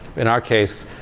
in our case,